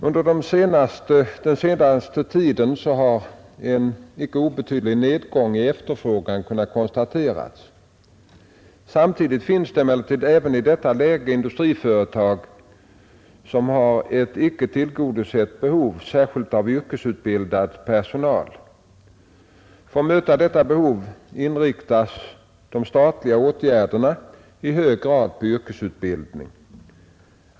Under den senaste tiden har en inte obetydlig nedgång i efterfrågan kunnat konstateras. Samtidigt finns det emellertid även i detta läge industriföretag som har ett icke tillgodosett behov särskilt av yrkesutbildad personal. För att möta detta behov inriktas de statliga åtgärderna i hög grad på yrkesutbildning.